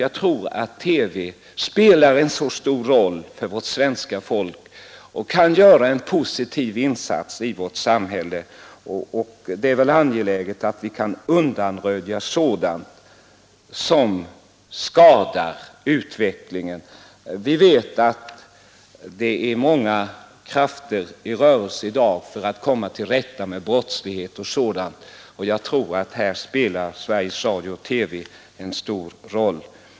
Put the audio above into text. Jag tror att TV spelar en stor roll för vårt svenska folk och kan göra en positiv insats i vårt samhälle, och det är angeläget att vi kan undanröja sådant som skadar utvecklingen. Vi vet att det är många krafter i rörelse i dag för att komma till rätta med brottslighet och sådant, och jag tror att Sveriges Radio-TV här spelar en stor roll.